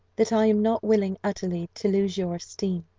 that i am not willing utterly to lose your esteem,